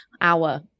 hour